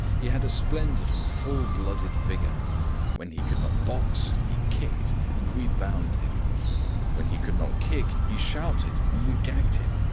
he had a splendid and full-blooded vigour when he could not box he kicked, and we bound him when he could not kick he shouted, and we gagged him.